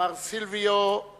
מר סילביו ברלוסקוני,